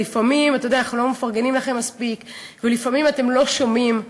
ולפעמים אנחנו לא מפרגנים לכם מספיק ולפעמים אתם לא שומעים,